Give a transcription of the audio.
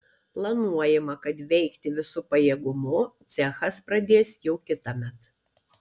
planuojama kad veikti visu pajėgumu cechas pradės jau kitąmet